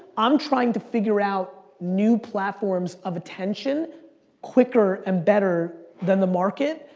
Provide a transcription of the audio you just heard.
i'm trying to figure out new platforms of attention quicker and better than the market,